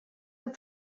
amb